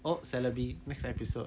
opps celebi next episode